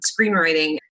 screenwriting